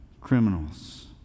criminals